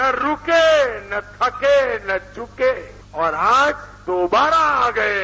न रूके न थके न झूके और आज दोबारा आ गये